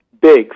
big